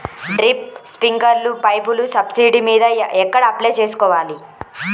Drip, స్ప్రింకర్లు పైపులు subsidy మీద ఎక్కడ అప్లై చేసుకోవాలి?